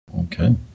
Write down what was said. Okay